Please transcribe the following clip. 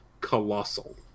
colossal